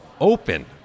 open